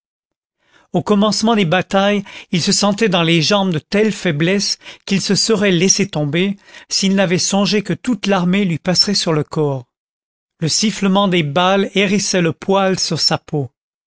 au commencement des batailles il se sentait dans les jambes de telles faiblesses qu'il se serait laissé tomber s'il n'avait songé que toute l'armée lui passerait sur le corps le sifflement des balles hérissait le poil sur sa peau